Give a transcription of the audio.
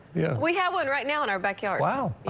yeah, we have one right now in our backyard, now